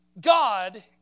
God